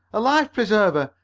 a life-preserver!